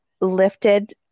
lifted